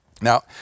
Now